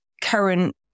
current